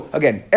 again